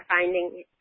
finding